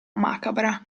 macabra